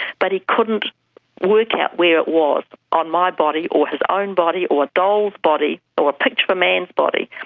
but he couldn't work out where it was on my body or his own body or a doll's body or a picture of a man's body.